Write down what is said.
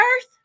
earth